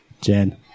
Jen